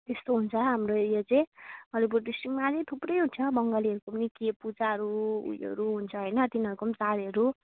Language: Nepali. त्यस्तो हुन्छ हाम्रो यो चाहिँ अलिपुर डिस्ट्रिकमा अझै थुप्रैहरू छ बङ्गालीहरूको पनि के पूजाहरू उयोहरू हुन्छ होइन तिनीहरूको पनि चाडहरू